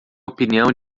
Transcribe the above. opinião